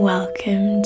Welcome